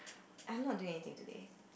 I'm not doing anything today